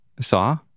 saw